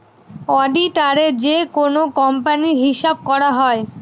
অডিটারে যেকোনো কোম্পানির হিসাব করা হয়